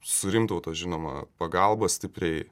su rimtauto žinoma pagalba stipriai